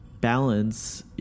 balance